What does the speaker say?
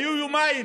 היו יומיים